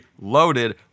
loaded